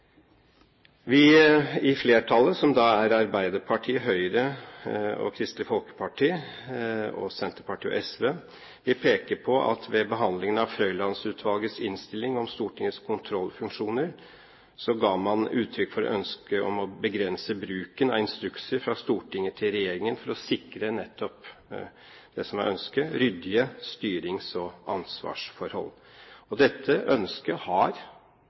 Vi i flertallet – Arbeiderpartiet, Høyre, Kristelig Folkeparti, Senterpartiet og SV – peker på at ved behandlingen av Frøiland-utvalgets innstilling om Stortingets kontrollfunksjoner, ga man uttrykk for et ønske om å begrense bruken av instrukser fra Stortinget til regjeringen for å sikre nettopp det som er ønsket: ryddige styrings- og ansvarsforhold. Dette ønsket har,